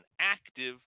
active